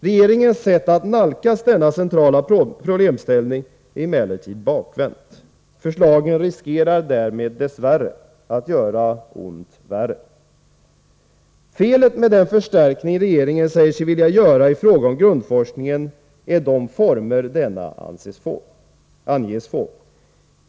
Regeringens sätt att nalkas denna centrala problemställning är emellertid bakvänt. Förslagen riskerar tyvärr därmed att göra ont värre. Felet med den förstärkning som regeringen säger sig vilja göra i fråga om grundforskningen är de former som förstärkningen skall få.